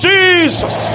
Jesus